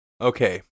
Okay